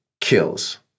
Kills